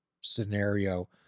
scenario